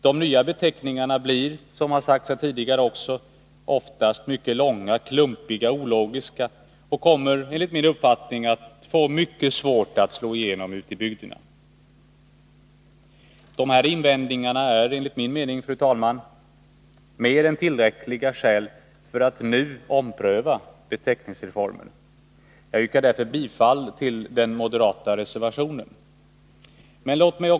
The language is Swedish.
De nya beteckningarna blir, som har sagts här tidigare, ofta mycket långa, klumpiga och ologiska och kommer att få mycket svårt att slå igenom ute i bygderna. Dessa invändningar är enligt min mening, fru talman, mer än tillräckliga skäl för att nu ompröva beteckningsreformen. Jag yrkar därför bifall till den moderata reservationen.